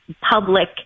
public